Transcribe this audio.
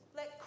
let